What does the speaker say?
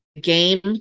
game